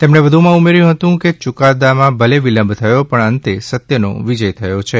તેમણે વધુમાં ઉમેર્થું હતું કે ચુકાદામાં ભલે વિલંબ થયો પણ અંતે સત્યનો વિજય થયો છે